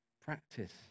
Practice